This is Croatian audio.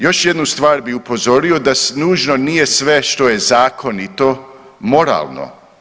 Još jednu stvar bi upozorio da nužno nije sve što je zakonito moralno.